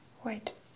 white